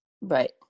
Right